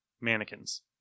mannequins